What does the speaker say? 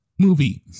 movie